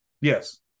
yes